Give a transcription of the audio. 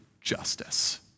justice